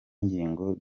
ngingo